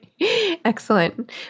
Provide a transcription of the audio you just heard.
Excellent